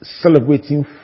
celebrating